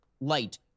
light